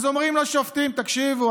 אז אומרים לשופטים: תקשיבו,